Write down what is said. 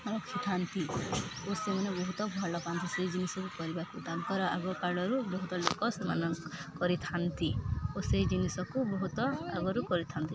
ରଖିଥାନ୍ତି ଓ ସେମାନେ ବହୁତ ଭଲ ପାଆନ୍ତି ସେ ଜିନିଷକୁ କରିବାକୁ ତାଙ୍କର ଆଗ କାଳରୁ ବହୁତ ଲୋକ ସେମାନେ କରିଥାନ୍ତି ଓ ସେଇ ଜିନିଷକୁ ବହୁତ ଆଗରୁ କରିଥାନ୍ତି